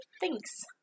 Thanks